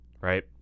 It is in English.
right